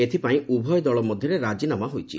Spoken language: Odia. ଏଥିପାଇଁ ଉଭୟ ଦଳ ମଧ୍ୟରେ ରାଜିନାମା ହୋଇଛି